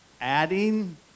adding